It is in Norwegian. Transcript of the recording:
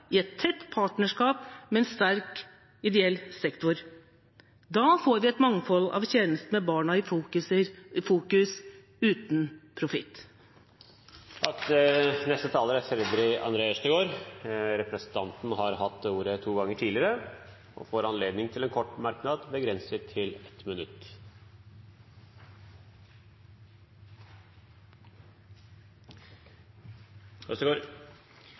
tett partnerskap med de ideelle. Da får vi et mangfold av tjenester med barna i fokus – uten profitt!» Freddy André Øvstegård har hatt ordet to ganger tidligere i debatten og får ordet til en kort merknad, begrenset til